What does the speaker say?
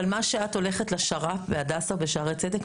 אבל מה שאת הולכת לשר"פ בהדסה בשערי צדק,